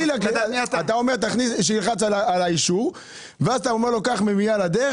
אתה אומר שילחץ על האישור ואז אתה אומר לו קח מימייה לדרך